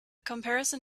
comparison